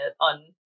on